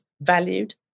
valued